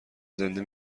زنده